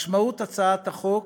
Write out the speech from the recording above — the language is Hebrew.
משמעות הצעת החוק